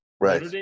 Right